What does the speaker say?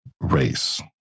race